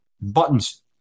buttons